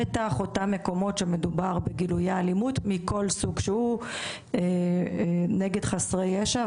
בטח אותם מקומות שמדובר בגילויי אלימות מכל סוג שהוא נגד חסרי ישע,